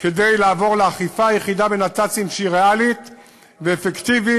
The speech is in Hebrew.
כדי לעבור לאכיפה היחידה בנת"צים שהיא ריאלית ואפקטיבית.